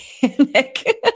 panic